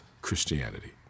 Christianity